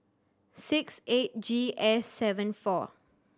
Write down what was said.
six eight G S seven four